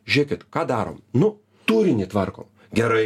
žėkit ką darom nu turinį tvarkom gerai